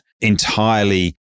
entirely